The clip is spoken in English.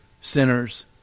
sinners